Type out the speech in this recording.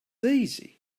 easy